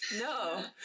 no